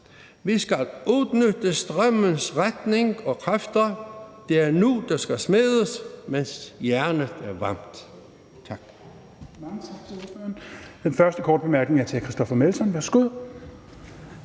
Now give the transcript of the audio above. Vi skal udnytte strømmens retning og kræfter. Det er nu, der skal smedes, mens jernet er varmt.